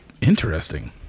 interesting